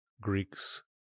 Greeks